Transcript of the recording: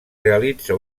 realitza